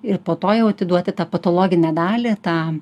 ir po to jau atiduoti tą patologinę dalį tą